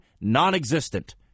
non-existent